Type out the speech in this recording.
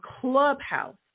Clubhouse